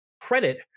credit